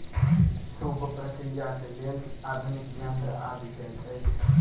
सूप प्रक्रियाक लेल आधुनिक यंत्र आबि गेल अछि